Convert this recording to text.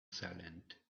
silent